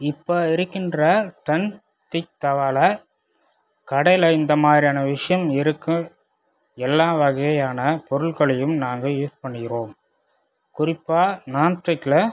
இப்போ இருக்கின்ற நான்ஸ்டிக் தவாவில கடையில் இந்த மாதிரியான விஷயம் இருக்குது எல்லா வகையான பொருள்களையும் நாங்கள் யூஸ் பண்ணுகிறோம் குறிப்பாக நான்ஸ்டிக்கில்